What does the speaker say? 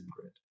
grid